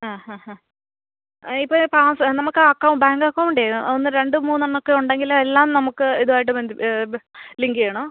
ആ ഹ ഹ ഇപ്പം പാസ് നമുക്കാ അക്കൗ ബാങ്ക് അക്കൗണ്ടെ ഒന്ന് രണ്ട് മൂന്ന് എണ്ണമൊക്കെ ഉണ്ടെങ്കിൽ എല്ലാം നമുക്ക് ഇതുവായിട്ട് ബന്ധിപ്പിച്ച് ബ ലിങ്ക് ചെയ്യണോ